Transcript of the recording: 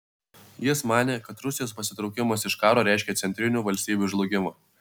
jis manė kad rusijos pasitraukimas iš karo reiškia centrinių valstybių žlugimą